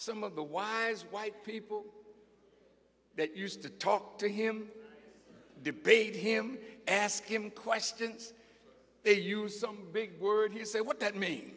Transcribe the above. some of the wives of white people that used to talk to him debate him ask him questions they use some big word he say what that means